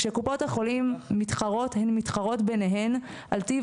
כשקופות החולים מתחרות ביניהן על טיב